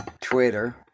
Twitter